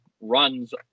runs